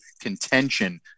contention